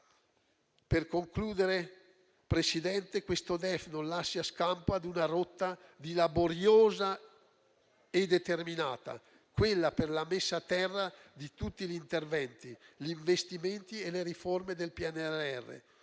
Per concludere, signor Presidente, questo DEF non lascia scampo a una rotta laboriosa e determinata, quella per la messa a terra di tutti gli interventi, gli investimenti e le riforme del PNRR.